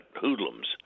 hoodlums